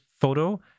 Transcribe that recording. photo